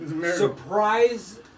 surprise